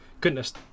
goodness